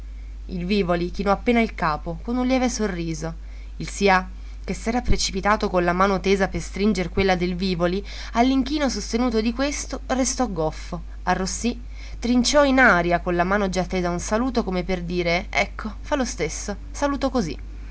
il vivoli chinò appena il capo con un lieve sorriso il sià che s'era precipitato con la mano tesa per stringer quella del vivoli all'inchino sostenuto di questo restò goffo arrossì trinciò in aria con la mano già tesa un saluto come per dire ecco fa lo stesso saluto così